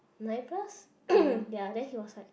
nine plus ya then he was like